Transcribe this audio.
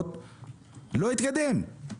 רפורמות לא יתקדם.